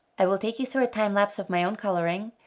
i will take you through a time lapse of my own coloring,